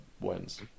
wins